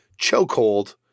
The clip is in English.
Chokehold